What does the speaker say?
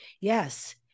Yes